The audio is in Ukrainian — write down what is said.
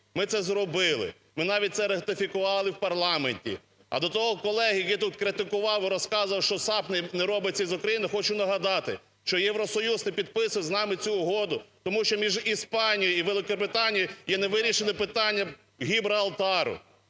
Ми це зробили, ми навіть це ратифікували в парламенті. А до того колеги, який тут критикував і розказував, що САП не робиться з України, хочу нагадати, що Євросоюз не підписував цю угоду, тому що між Іспанією і Великобританією є невирішене питання Гібралтару.